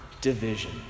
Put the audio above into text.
division